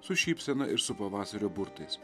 su šypsena ir su pavasario burtais